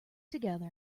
together